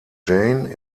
jane